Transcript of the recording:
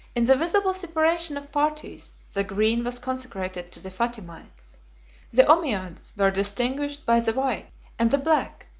in the visible separation of parties, the green was consecrated to the fatimites the ommiades were distinguished by the white and the black,